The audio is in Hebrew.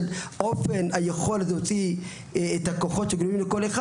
הוא דיבר על זה שאופן היכולת להוציא את הכוחות שטמונים בכל אחד,